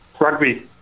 Rugby